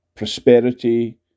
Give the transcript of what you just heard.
Prosperity